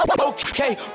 Okay